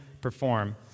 perform